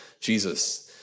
Jesus